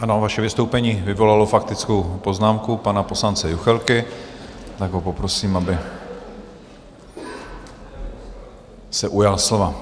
Ano, vaše vystoupení vyvolalo faktickou poznámku pana poslance Juchelky, tak ho poprosím, aby se ujal slova.